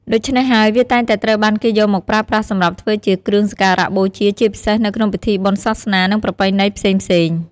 ដូច្នេះហើយ វាតែងតែត្រូវបានគេយកមកប្រើប្រាស់សម្រាប់ធ្វើជាគ្រឿងសក្ការបូជាជាពិសេសនៅក្នុងពិធីបុណ្យសាសនា និងប្រពៃណីផ្សេងៗ។